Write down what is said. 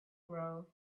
grow